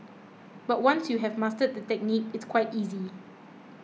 but once you have mastered the technique it's quite easy